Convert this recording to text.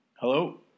Hello